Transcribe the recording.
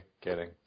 kidding